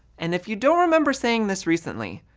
and if you don't remember saying this recently,